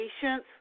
patience